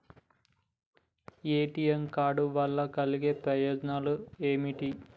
ATM card వల్ల కలిగే ప్రయోజనాలు ఏమిటి?